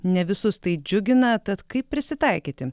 ne visus tai džiugina tad kaip prisitaikyti